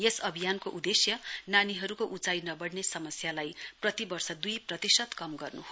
यस अभियानको उदेश्य नानीहरुको उचाई नवढ़न समस्यालाई प्रति वर्ष दुई प्रतिशत कम गर्नु हो